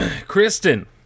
Kristen